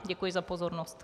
Děkuji za pozornost.